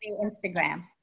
Instagram